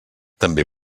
també